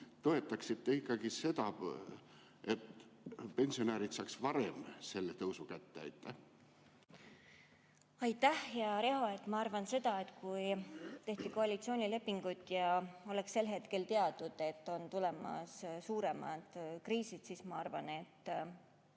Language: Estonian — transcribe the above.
toetaksite ikkagi seda, et pensionärid saaksid varem selle tõusu kätte? Aitäh, hea Riho! Ma arvan seda, et kui tehti koalitsioonilepingut ja oleks sel hetkel teatud, et on tulemas suuremad kriisid, siis ma arvan, et